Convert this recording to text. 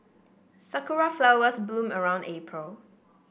sakura flowers bloom around April